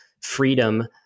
freedom